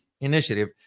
Initiative